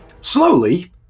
slowly